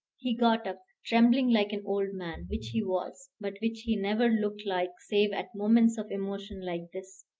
he got up, trembling like an old man, which he was, but which he never looked like save at moments of emotion like this,